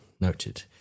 Noted